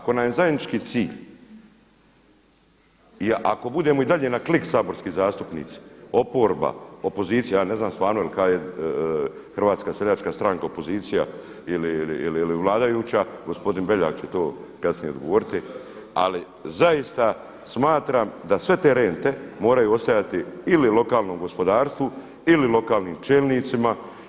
Ako nam je zajednički cilj i ako budemo i dalje na klik saborski zastupnici, oporba, opozicija, ja ne znam je li Hrvatska seljačka stranka opozicija ili vladajuća, gospodin Beljak će to kasnije odgovoriti ali zaista smatram da sve te rente moraju ostajati ili lokalnom gospodarstvu ili lokalnim čelnicima.